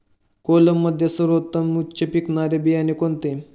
कोलममध्ये सर्वोत्तम उच्च पिकणारे बियाणे कोणते?